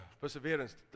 perseverance